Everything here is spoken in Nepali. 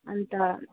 अन्त